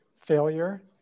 failure